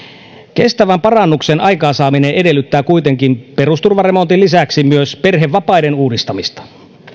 kestävän parannuksen aikaansaaminen edellyttää kuitenkin perusturvaremontin lisäksi myös perhevapaiden uudistamista